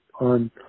on